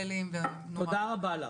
תודה רבה לך.